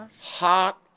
hot